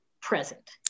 present